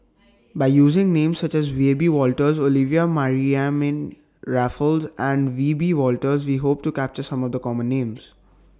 By using Names such as Wiebe Wolters Olivia Mariamne Raffles and Wiebe Wolters We Hope to capture Some of The Common Names